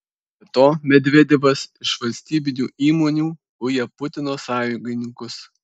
be to medvedevas iš valstybinių įmonių uja putino sąjungininkus